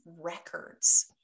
records